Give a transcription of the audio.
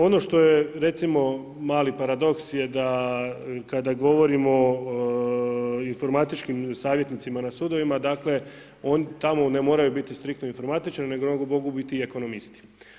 Ono što je, recimo, mali pradoks je da kada govorimo o informatičkim savjetnicima na sudovima, dakle, oni tamo ne moraju biti striktno informatičari, nego mogu biti i ekonomisti.